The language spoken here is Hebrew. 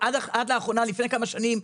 לפני כמה שנים,